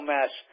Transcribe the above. Mass